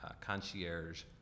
concierge